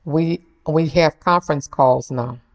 we we have conference calls now.